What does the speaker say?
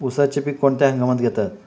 उसाचे पीक कोणत्या हंगामात घेतात?